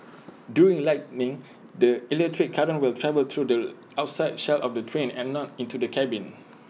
during lightning the electric current will travel through the outside shell of the train and not into the cabin